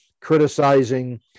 criticizing